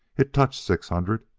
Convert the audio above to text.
it touched six hundred,